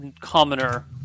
commoner